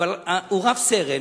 הוא רב-סרן,